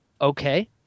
okay